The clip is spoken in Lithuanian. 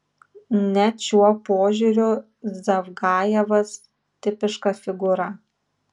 net šiuo požiūriu zavgajevas tipiška figūra